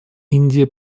индия